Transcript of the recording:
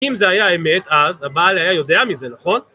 אם זה היה אמת אז הבעל היה יודע מזה נכון?